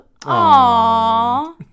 Aww